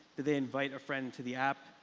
did they invite a friend to the app?